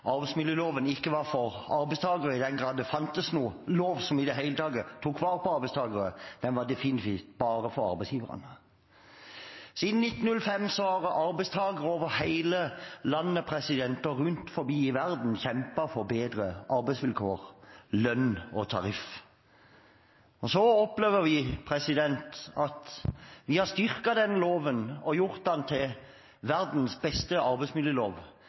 arbeidsmiljøloven ikke var for arbeidstakere – i den grad det fantes noen lov som i det hele tatt tok vare på arbeidstakere – den var definitivt bare for arbeidsgiverne. Siden 1908 har arbeidstakere over hele landet og rundt omkring i verden kjempet for bedre arbeidsvilkår, lønn og tariff. Vi har styrket den loven og gjort den til verdens beste arbeidsmiljølov,